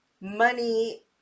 money